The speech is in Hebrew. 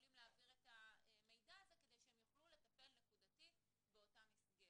יכולים להעביר את המידע הזה כדי שהם יוכלו לטפל נקודתית באותה מסגרת.